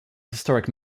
historic